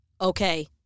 okay